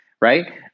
Right